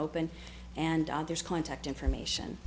open and there's contact information